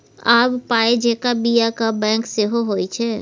आब पाय जेंका बियाक बैंक सेहो होए छै